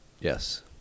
Yes